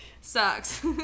sucks